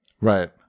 Right